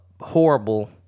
horrible